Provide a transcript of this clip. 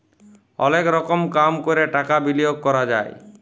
অলেক রকম কাম ক্যরে টাকা বিলিয়গ ক্যরা যায়